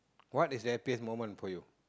what is the happiest moment for you